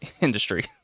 industry